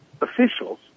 officials